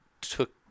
took